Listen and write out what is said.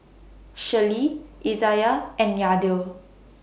Shirlee Izayah and Yadiel